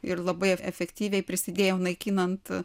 ir labai efektyviai prisidėjo naikinant